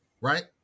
Right